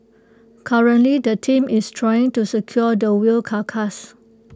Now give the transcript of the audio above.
currently the team is trying to secure the whale carcass